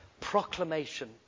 proclamation